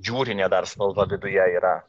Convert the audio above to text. jūrinė dar spalva viduje yra